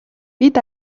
бид